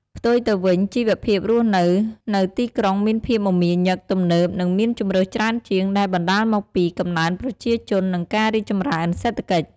ផ្ទុយទៅវិញ ជីវភាពរស់នៅ នៅទីក្រុងមានភាពមមាញឹក ទំនើប និងមានជម្រើសច្រើនជាង ដែលបណ្ដាលមកពីកំណើនប្រជាជន និងការរីកចម្រើនសេដ្ឋកិច្ច។